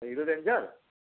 hero ranger